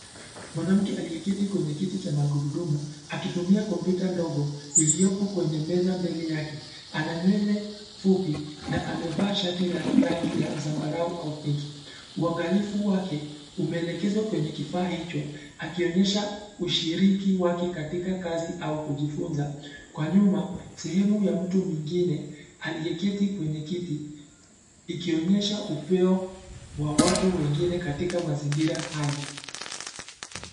Mwanamke aliyeketi kwenye kiti cha magurudumu akitumia kompyuta ndogo iliyopo kwenye meza mbele yake. Ana nywele fupi na amevaa shati la rangi ya zambarau au pinki. Uangalifu wake umeelekezwa kwenye kifaa hicho, akionyesha ushiriki wake katika kazi au kujifunza. Kwa nyuma, sehemu ya mtu mwingine aliyeketi kwenye kiti, ikionyesha upeo wa watu wengine katika mazingira hayo.